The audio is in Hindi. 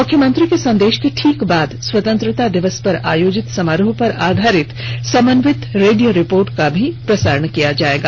मुख्यमंत्री के संदेश के ठीक बाद स्वतंत्रता दिवस पर आयोजित समारोह पर आधारित समन्वित रेडियो रिपोर्ट का भी प्रसारण किया जाएगा